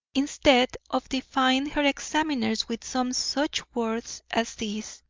instead of defying her examiners with some such words as these